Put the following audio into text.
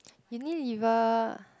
unilever